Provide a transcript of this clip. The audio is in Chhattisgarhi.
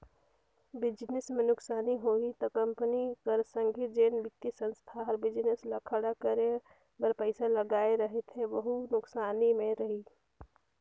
बिजनेस में नुकसानी होही ता कंपनी कर संघे जेन बित्तीय संस्था हर बिजनेस ल खड़ा करे बर पइसा लगाए रहथे वहूं नुकसानी में रइही